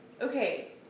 okay